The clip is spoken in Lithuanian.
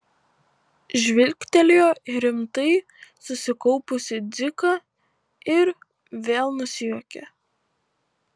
žvilgtelėjo į rimtai susikaupusį dziką ir vėl nusijuokė